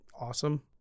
awesome